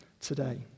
today